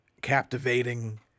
captivating